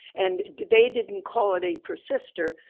and they didn't call it a persister,